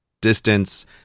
Distance